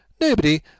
nobody